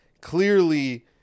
Clearly